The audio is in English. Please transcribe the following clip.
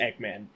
Eggman